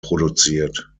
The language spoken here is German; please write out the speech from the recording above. produziert